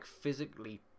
physically